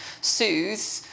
soothe